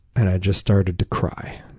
and i just started to cry